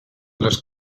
les